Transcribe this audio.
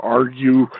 argue